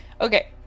Okay